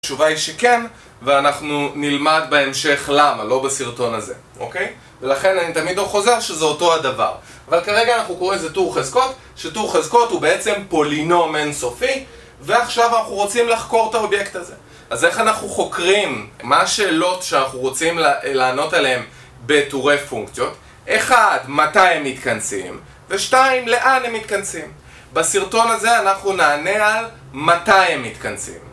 התשובה היא שכן, ואנחנו, נלמד בהמשך למה, לא בסרטון הזה, אוקיי? ולכן אני תמיד או-חוזר שזה אותו הדבר. אבל כרגע אנחנו קוראים לזה טור חזקות, שטור חזקות הוא בעצם פולינום אינסופי, ועכשיו אנחנו רוצים לחקור את האובייקט הזה. אז איך אנחנו חוקרים, מה השאלות שאנחנו רוצים ל-א-לענות עליהן, בטורי פונקציות? אחד, מתי הם מתכנסים? ושתיים, לאן הם מתכנסים? בסרטון הזה אנחנו נענה על... מתי הם מתכנסים.